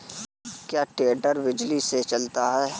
क्या टेडर बिजली से चलता है?